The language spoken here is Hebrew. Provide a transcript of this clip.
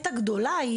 ברשותך,